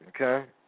Okay